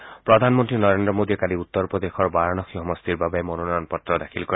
ইপিনে প্ৰধানমন্ত্ৰী নৰেন্দ্ৰ মোদীয়ে কালি উত্তৰ প্ৰদেশৰ বাৰাণসী সমষ্টিৰ বাবে মনোনয়ন পত্ৰ দাখিল কৰে